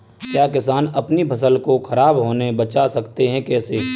क्या किसान अपनी फसल को खराब होने बचा सकते हैं कैसे?